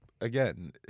again